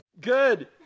Good